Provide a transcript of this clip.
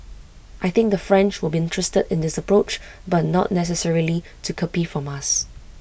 I think the French will be interested in this approach but not necessarily to copy from us